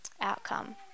outcome